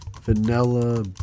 vanilla